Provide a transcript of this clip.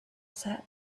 said